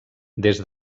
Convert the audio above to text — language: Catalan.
des